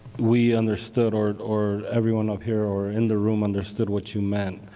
we understood, or or everyone up here or in the room understood what you meant,